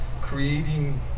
creating